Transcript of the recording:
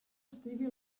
estigui